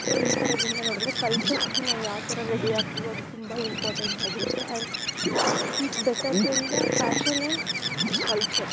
so ಈ ಥರದಿಂದ ನೋಡಿದ್ರೆ ಕಲ್ಚರಾಗಿ ನಾವು ಯಾವ ಥರ ರೆಡಿ ಆಗ್ತಿವೋ ಅದು ತುಂಬ ಇಂಪಾರ್ಟೆಂಟ್ ಆಗಿರುತ್ತೆ and it is better than the fashion and culture